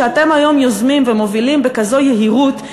שאתם היום יוזמים ומובילים בכזאת יהירות,